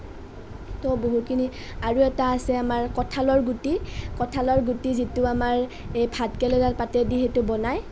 তো বহুতখিনি আৰু এটা আছে আমাৰ কঠালৰ গুটি কঠালৰ গুটি যিটো আমাৰ এই ভাতকেৰেলাৰ পাতেদি সেইটো বনায়